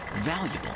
valuable